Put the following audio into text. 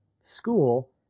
school